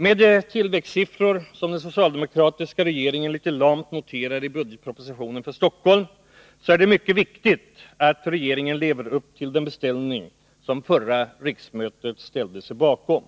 Med de tillväxtsiffror som den socialdemokratiska regeringen litet lamt noterar i budgetpropositionen för Stockholm är det mycket viktigt att den nya regeringen lever upp till den beställning som förra riksmötet ställde sig bakom.